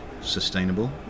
sustainable